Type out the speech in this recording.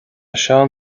seán